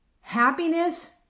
happiness